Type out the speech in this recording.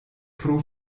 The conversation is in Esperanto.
pro